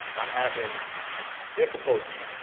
and i'm having difficulties